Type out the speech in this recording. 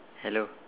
hello